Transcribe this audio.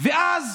ואז